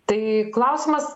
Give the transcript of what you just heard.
tai klausimas